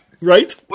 Right